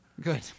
Good